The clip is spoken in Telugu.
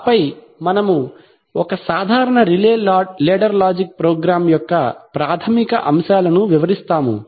ఆపై మనము ఒక సాధారణ రిలే లేడర్ లాజిక్ ప్రోగ్రామ్ యొక్క ప్రాథమిక అంశాలను వివరిస్తాము